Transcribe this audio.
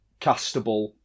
castable